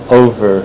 over